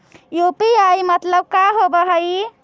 UPI मतलब का होब हइ?